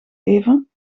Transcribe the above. even